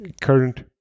current